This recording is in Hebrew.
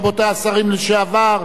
רבותי השרים לשעבר,